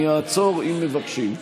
אני אעצור אם מבקשים.